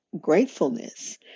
gratefulness